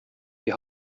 die